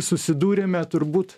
susidūrėme turbūt